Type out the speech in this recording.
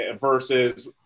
versus